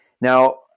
Now